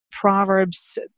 Proverbs